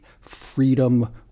freedom